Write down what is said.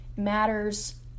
matters